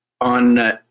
on